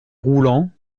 roulants